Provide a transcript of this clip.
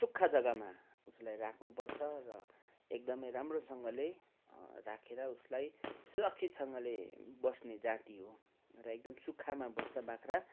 सुक्खा जग्गामा उसलाई राख्नुपर्छ र एकदमै राम्रोसँगले राखेर उसलाई सुरक्षितसँगले बस्ने जाति हो र एकदम सुक्खामा बस्छ बाख्रा